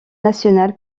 national